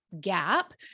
gap